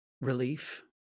relief